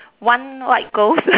one white ghost